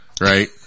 Right